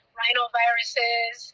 rhinoviruses